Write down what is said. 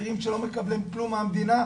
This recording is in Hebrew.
הצעירים שלא מקבלים כלום מהמדינה,